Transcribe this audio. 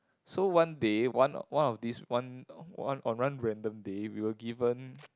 so one day one or one of this one or one random day we were given